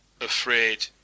afraid